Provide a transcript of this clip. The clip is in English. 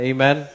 Amen